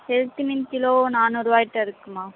கெளுத்தி மீன் கிலோ நானூறூவாய்கிட்ட இருக்குமா